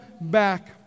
back